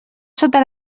sota